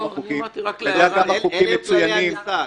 אתה יודע כמה חוקים מצוינים --- אלה כללי המשחק.